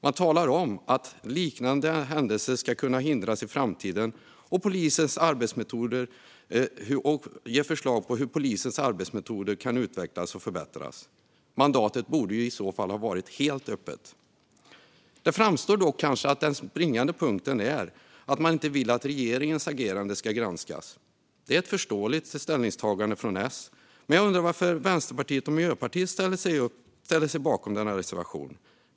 Där talar man om att liknande händelser ska kunna förhindras i framtiden och att utredningen ska ge förslag på hur polisens arbetsmetoder kan utvecklas och förbättras. Mandatet borde ju i så fall ha varit helt öppet. Det framstår som om den springande punkten är att man inte vill att regeringens agerande ska granskas. Det är ett förståeligt ställningstagande från S, men jag undrar varför Vänsterpartiet och Miljöpartiet ställer sig bakom denna reservation.